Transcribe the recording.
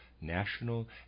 national